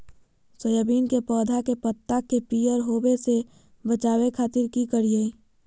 Soybean के पौधा के पत्ता के पियर होबे से बचावे खातिर की करिअई?